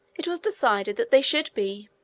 it was decided that they should be.